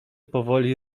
powoli